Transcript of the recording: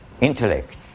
intellect